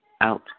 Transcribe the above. Out